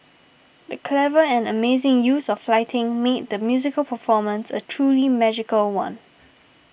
the clever and amazing use of lighting made the musical performance a truly magical one